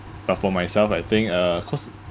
but for myself I think uh cause